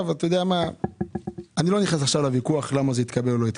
ואני לא נכנס לוויכוח למה זה התקבל או לא.